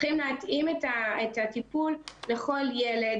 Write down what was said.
צריכים להתאים את הטיפול לכל ילד,